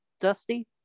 Dusty